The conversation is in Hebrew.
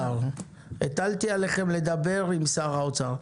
הטלתי עליכם לדבר עם שר האוצר.